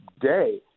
day